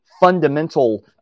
fundamental